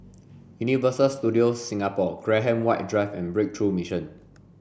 Universal Studios Singapore Graham White Drive and Breakthrough Mission